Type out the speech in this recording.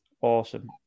Awesome